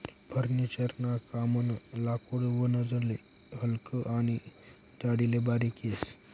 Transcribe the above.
furniture ना कामनं लाकूड वजनले हलकं आनी जाडीले बारीक येस